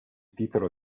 titolo